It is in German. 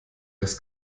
des